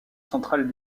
central